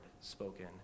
spoken